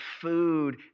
food